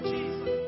Jesus